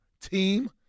team